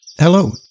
Hello